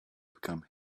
become